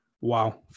wow